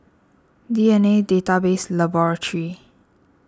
D N A Database Laboratory